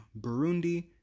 Burundi